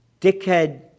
dickhead